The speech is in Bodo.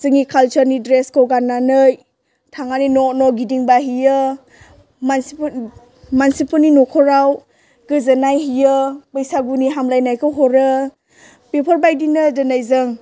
जोंनि कालचारनि ड्रेसखौ गाननानै थांनानै न'न' गिदिंबायहैयो मानसिफोर मानसिफोरनि न'खराव गोजोननाय हैयो बैसागुनि हामब्लायनायखौ हरो बेफोरबायदिनो दोनै जों